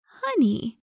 Honey